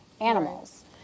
animals